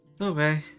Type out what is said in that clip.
Okay